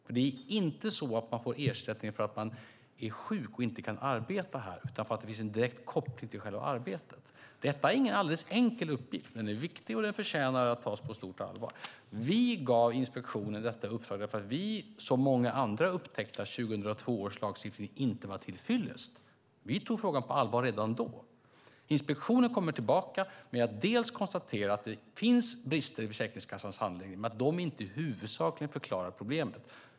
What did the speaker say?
Man får inte ersättning för att man är sjuk och inte kan arbeta utan för att det finns en direkt koppling till själva arbetet. Detta är ingen alldeles enkel uppgift, men den är viktig och förtjänar att tas på stort allvar. Vi gav inspektionen detta uppdrag därför att vi som många andra upptäckte att 2002 års lagstiftning inte var till fyllest. Vi tog frågan på allvar redan då. Inspektionen kommer tillbaka och konstaterar att det finns brister i Försäkringskassans handläggning men att de inte huvudsakligen förklarar problemet.